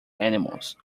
animals